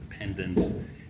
independence